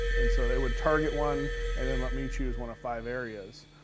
and so they would target one and then let me choose one of five areas.